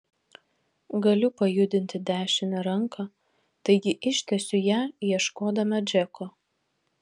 galiu pajudinti dešinę ranką taigi ištiesiu ją ieškodama džeko